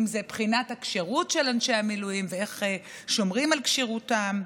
אם בחינת הכשירות של אנשי המילואים ואיך שומרים על כשירותם,